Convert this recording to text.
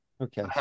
Okay